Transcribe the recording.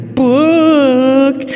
book